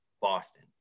Boston